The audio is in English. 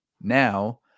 now